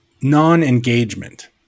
non-engagement